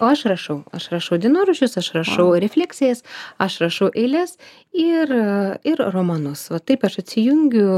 o aš rašau aš rašau dienoraščius aš rašau refleksijas aš rašau eiles ir ir romanus va taip aš atsijungiu